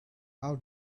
how